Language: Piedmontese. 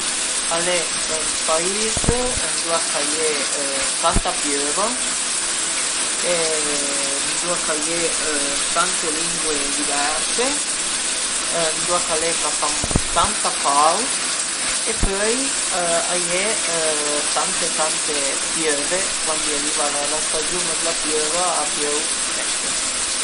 la volta ch'i sun stait sfurtünà al era cuandi sempre ën gita cuandi al an, eru sü ün viöl a fe 'na spasgiada e l'ai ciapà 'na bërgnà dë piöva e parei sun arivà ën albergo e l'eru tüt pien d'pauta e bagnà mars da la testa ai pe